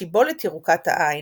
"שיבולת ירוקת העין".